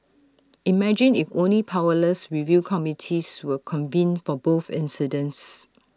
imagine if only powerless review committees were convened for both incidents